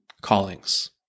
callings